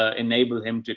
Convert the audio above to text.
ah enable him to, ah,